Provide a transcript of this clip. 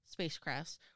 spacecrafts